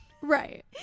right